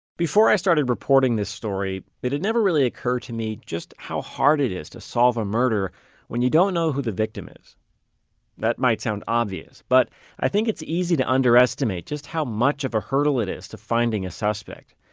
before i started reporting this story, it had never occured to me just how hard it is to solve a murder when you don't know who the victim is that might sound obvious. but i think it's easy to underestimate just how much of a hurdle it is to finding a suspect.